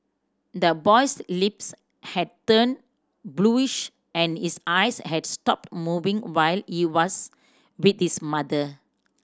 the boy's lips had turned bluish and his eyes had stopped moving while he was with his mother